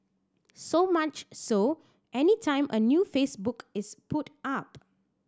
so much so any time a new Facebook is put up